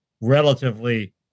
relatively